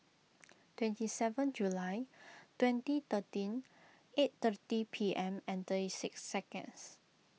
twenty seven July twenty thirteen eight thirty P M and thirty six seconds